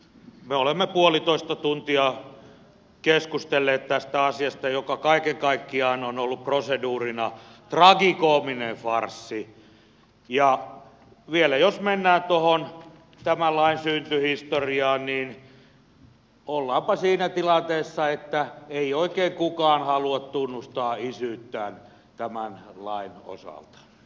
me olemme puolitoista tuntia keskustelleet tästä asiasta joka kaiken kaikkiaan on ollut proseduurina tragikoominen farssi ja vielä jos mennään tuohon tämän lain syntyhistoriaan niin ollaanpa siinä tilanteessa että ei oikein kukaan halua tunnustaa isyyttään tämän lain osalta